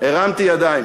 הרמתי ידיים.